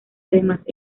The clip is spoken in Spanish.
además